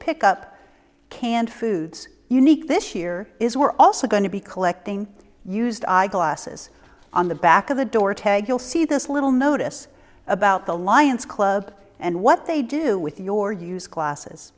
pick up canned foods unique this year is we're also going to be collecting used eyeglasses on the back of the door tag you'll see this little notice about the lions club and what they do with your used glasses